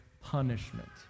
punishment